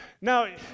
Now